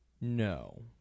No